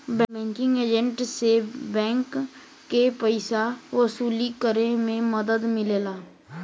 banking agent से bank के पइसा वसूली करे में मदद मिलेला